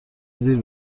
زیر